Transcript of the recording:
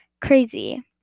Crazy